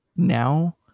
now